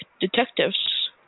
detectives